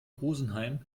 rosenheim